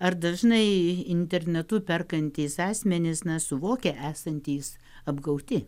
ar dažnai internetu perkantys asmenys nesuvokia esantys apgauti